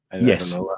Yes